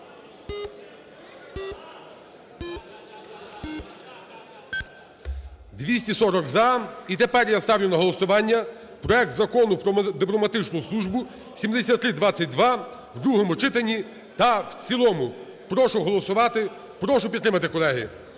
За-240 І тепер я ставлю на голосування проект Закону про дипломатичну службу (7322) в другому читанні і в цілому. Прошу голосувати. Прошу підтримати, колеги.